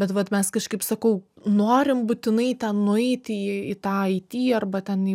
bet vat mes kažkaip sakau norim būtinai ten nueiti į tą it arba ten į